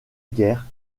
guerre